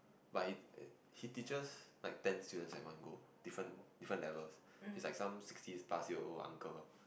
but he he teaches like ten students at one go different different levels is like some sixty pass year old uncle